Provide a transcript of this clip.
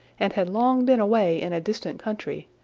and had long been away in a distant country,